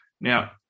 Now